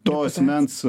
to asmens